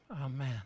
Amen